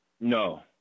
No